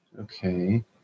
Okay